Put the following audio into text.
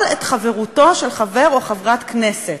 את החברות של חבר כנסת או חברת כנסת.